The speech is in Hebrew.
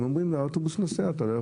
הם אומרים לו: האוטובוס נוסע,